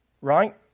Right